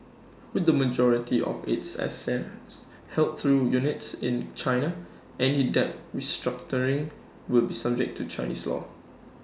with the majority of its assets held through units in China any debt restructuring will be subject to Chinese law